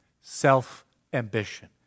self-ambition